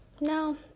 no